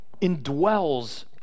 indwells